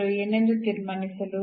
ನಾವು into ನ ಉತ್ಪನ್ನವನ್ನು ಹೊಂದಿದ್ದೇವೆ